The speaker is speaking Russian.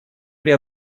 при